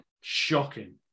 Shocking